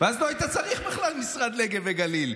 אז לא היית צריך בכלל משרד נגב וגליל,